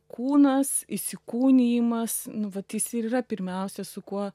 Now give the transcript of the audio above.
kūnas įsikūnijimasnu vat jis ir yra pirmiausia su kuo